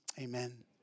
Amen